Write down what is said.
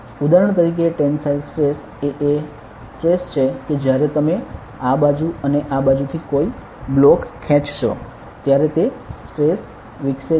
ઉદાહરણ તરીકે tensile stress એ એ સ્ટ્રેસ છે કે જ્યારે તમે આ બાજુ અને આ બાજુથી કોઈ બ્લોક ખેંચશો ત્યારે તે સ્ટ્રેસ વિકસે છે